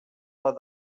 bat